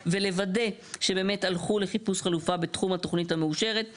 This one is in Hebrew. ולוודא שבאמת הלכו לחיפוש חלופה בתחום התוכנית המאושרת.